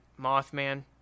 Mothman